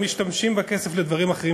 הם משתמשים בכסף לדברים אחרים,